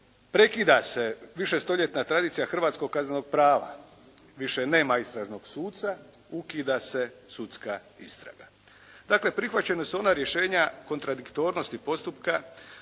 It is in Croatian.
Prekida se višestoljetna tradicija hrvatskog kaznenog prava, više nema istražnog suca, ukida se sudska istraga. Dakle prihvaćena su ona rješenja kontradiktornosti postupka